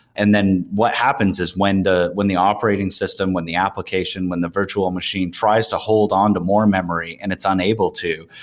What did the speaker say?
and then what happens is when the when the operating system, when the application, when the virtual machine tries to hold onto more memory and it's unable to,